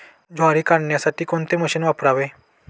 ज्वारी काढण्यासाठी कोणते मशीन वापरावे?